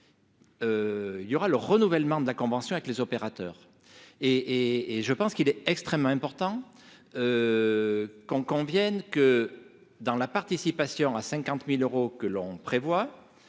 il y aura le renouvellement de la convention avec les opérateurs et et je pense qu'il est extrêmement important qu'conviennent que dans la participation à 50000 euros, que l'on prévoit